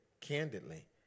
candidly